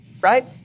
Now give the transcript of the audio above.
right